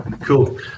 Cool